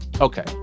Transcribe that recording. Okay